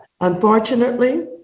Unfortunately